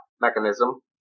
mechanism